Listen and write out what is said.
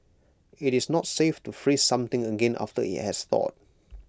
IT is not safe to freeze something again after IT has thawed